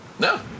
No